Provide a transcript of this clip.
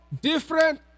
different